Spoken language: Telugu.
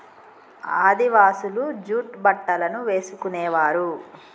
ఆదివాసులు జూట్ బట్టలను వేసుకునేవారు